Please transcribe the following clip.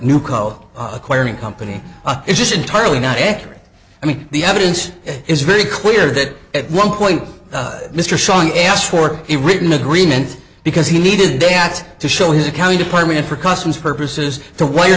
newco acquiring company is entirely not accurate i mean the evidence is very clear that at one point mr song asked for a written agreement because he needed a ats to show his accounting department for customs purposes the w